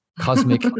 cosmic